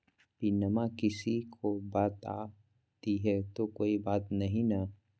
पिनमा किसी को बता देई तो कोइ बात नहि ना?